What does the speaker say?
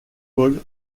paul